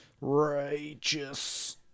Righteous